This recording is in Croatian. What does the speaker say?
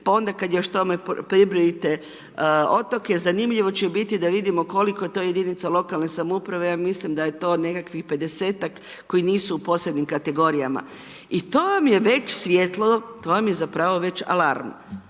pa onda kad još tome pribrojite otoke, zanimljivo će biti da vidimo koliko to jedinica lokalne samouprave, ja mislim da je to nekakvih 50ak koji nisu u posebnim kategorijama i to vam je već svjetlo, to vam je zapravo već alarm.